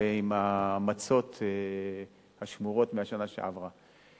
ועם המצות השמורות מהשנה שעברה.